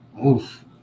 Oof